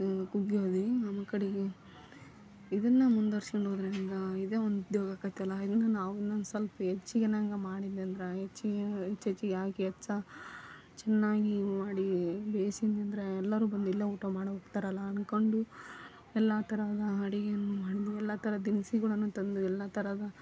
ಕುಗ್ಗಿ ಹೋದ್ವಿ ಆಮೇಲೆ ಕಡೆಗೆ ಇದನ್ನು ಮುಂದ್ವರೆಸ್ಕೊಂಡು ಹೋದ್ರೆ ಹೆಂಗೆ ಇದೇ ಒಂದು ಉದ್ಯೋಗವಾಗೈತಲ್ಲ ಇದರಿಂದ ನಾವು ಇನ್ನೊಂದು ಸ್ವಲ್ಪ ಹೆಚ್ಗೆ ಏನಾದ್ರು ಮಾಡಿದರೆಂದ್ರೆ ಹೆಚ್ಗೆ ಏನಾದ್ರೂ ಹೆಚ್ಚು ಹೆಚ್ಗೆ ಹಾಕಿ ಹೆಚ್ಚು ಚೆನ್ನಾಗಿ ಮಾಡಿ ಬೇಯಯಿಸಿದ್ದಿದ್ರ ಎಲ್ಲರೂ ಬಂದು ಇಲ್ಲೇ ಊಟ ಮಾಡಿ ಹೋಗ್ತಾರಲ್ಲ ಅಂದ್ಕೊಂಡು ಎಲ್ಲ ತರಹದ ಅಡುಗೆಯನ್ನು ಮಾಡ್ಬ ಎಲ್ಲ ಥರ ದಿನಸಿಗಳನ್ನು ತಂದು ಎಲ್ಲ ತರಹದ